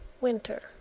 winter